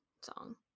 song